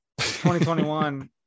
2021